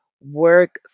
work